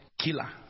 Killer